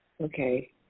okay